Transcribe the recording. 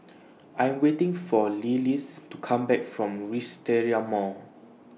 I Am waiting For Lillis to Come Back from Wisteria Mall